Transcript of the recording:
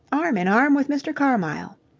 arm in arm with mr. carmyle!